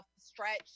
stretch